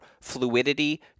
fluidity